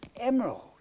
emerald